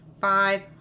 Five